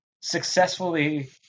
successfully –